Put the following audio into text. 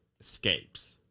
escapes